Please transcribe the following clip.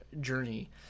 journey